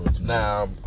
Now